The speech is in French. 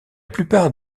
plupart